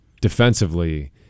defensively